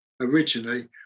originally